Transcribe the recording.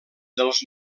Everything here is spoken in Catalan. dels